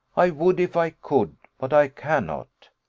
i would if i could but i cannot.